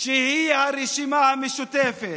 והיא הרשימה המשותפת.